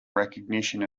recognition